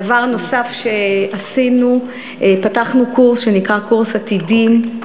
דבר נוסף שעשינו, פתחנו קורס שנקרא "קורס עתידים",